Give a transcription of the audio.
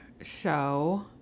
show